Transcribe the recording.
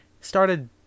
started